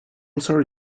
sorry